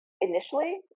Initially